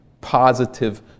positive